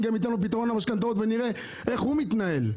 גם אתן לו פתרון למשכנתאות ונראה איך הוא מתנהל.